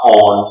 on